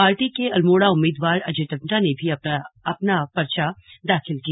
party के अल्मोड़ा उम्मीदवार अजय टम्टा ने भी आज अपना पर्चा दाखिल किया